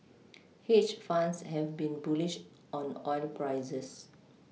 hedge funds have been bullish on oil prices